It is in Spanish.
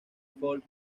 folk